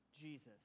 Jesus